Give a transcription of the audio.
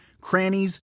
crannies